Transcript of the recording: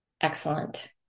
excellent